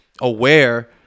aware